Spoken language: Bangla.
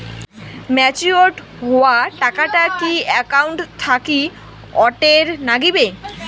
ম্যাচিওরড হওয়া টাকাটা কি একাউন্ট থাকি অটের নাগিবে?